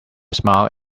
smiled